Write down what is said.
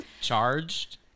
Charged